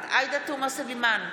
נוכחת עאידה תומא סלימאן,